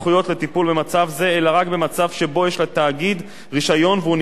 אלא רק במצב שבו יש לתאגיד רשיון והוא נמנע מלהפעיל את קו השירות.